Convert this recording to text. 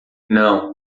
não